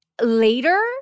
later